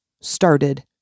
started